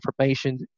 information